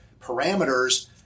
parameters